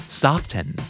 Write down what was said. soften